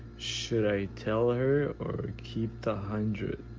should i tell her or keep the hundred?